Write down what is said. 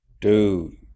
Dude